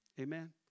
Amen